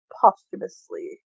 posthumously